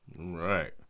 right